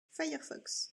firefox